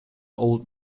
old